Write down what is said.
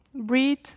breathe